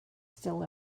still